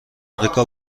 آمریکا